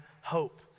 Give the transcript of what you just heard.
hope